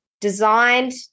designed